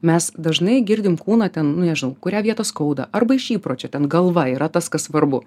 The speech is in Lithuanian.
mes dažnai girdim kūną ten nu nežinau kurią vietą skauda arba iš įpročio ten galva yra tas kas svarbu